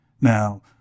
Now